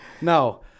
No